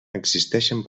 existeixen